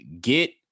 get